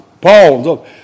Paul